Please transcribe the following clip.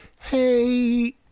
hey